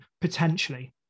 potentially